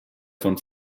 von